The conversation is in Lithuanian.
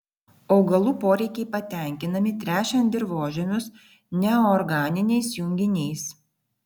augalų poreikiai patenkinami tręšiant dirvožemius neorganiniais junginiais